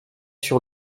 sur